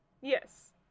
Yes